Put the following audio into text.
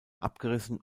abgerissen